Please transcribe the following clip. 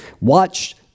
Watch